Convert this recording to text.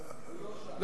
אה, הוא לא שאל.